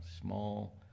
small